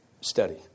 study